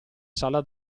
sala